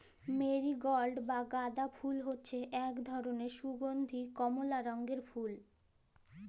marigold বা গাঁদা ফুল হচ্যে এক ধরলের সুগন্ধীয় কমলা রঙের ফুল